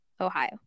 Ohio